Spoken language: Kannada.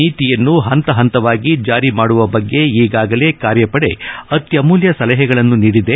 ನೀತಿಯನ್ನು ಹಂತ ಹಂತವಾಗಿ ಜಾರಿ ಮಾಡುವ ಬಗ್ಗೆ ಈಗಾಗಲೇ ಕಾರ್ಯಪದೆ ಅತ್ಯಮೂಲ್ಯ ಸಲಹೆಗಳನ್ನು ನೀಡಿದೆ